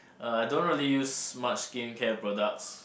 uh I don't really use much skincare products